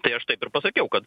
tai aš taip ir pasakiau kad